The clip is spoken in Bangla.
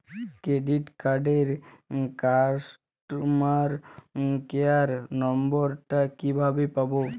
ক্রেডিট কার্ডের কাস্টমার কেয়ার নম্বর টা কিভাবে পাবো?